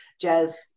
jazz